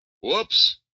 Whoops